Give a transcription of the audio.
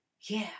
Yeah